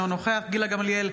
אינו נוכח גילה גמליאל,